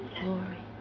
glory